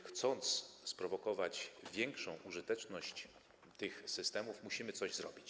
Chcąc sprowokować większą użyteczność tych systemów, musimy coś zrobić.